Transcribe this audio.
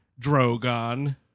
Drogon